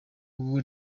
ubu